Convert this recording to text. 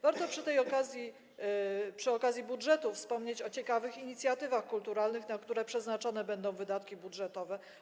Warto przy tej okazji, przy okazji omawiania budżetu, wspomnieć o ciekawych inicjatywach kulturalnych, na które przeznaczone będą wydatki budżetowe.